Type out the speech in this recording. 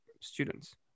students